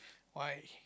why